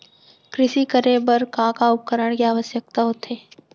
कृषि करे बर का का उपकरण के आवश्यकता होथे?